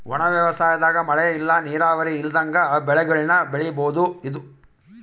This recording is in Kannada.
ಒಣ ವ್ಯವಸಾಯದಾಗ ಮಳೆ ಇಲ್ಲ ನೀರಾವರಿ ಇಲ್ದಂಗ ಬೆಳೆಗುಳ್ನ ಬೆಳಿಬೋಒದು